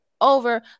over